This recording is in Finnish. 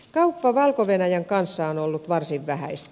kauppa valko venäjän kanssa on ollut varsin vähäistä